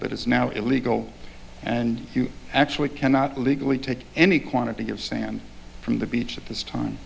but it's now illegal and actually cannot legally take any quantity of sand from the beach at this time